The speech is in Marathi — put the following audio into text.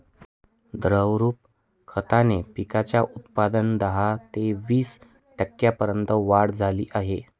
द्रवरूप खताने पिकांच्या उत्पादनात दहा ते वीस टक्क्यांपर्यंत वाढ झाली आहे